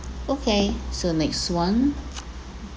okay so next one